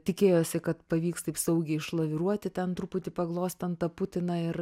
tikėjosi kad pavyks taip saugiai išlaviruoti ten truputį paglostant tą putiną ir